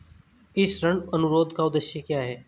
इस ऋण अनुरोध का उद्देश्य क्या है?